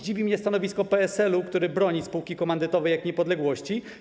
Dziwi mnie stanowisko PSL-u, który broni spółki komandytowej jak niepodległości.